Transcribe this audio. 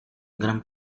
gran